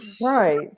Right